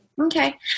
Okay